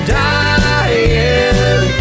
dying